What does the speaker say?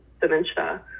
dementia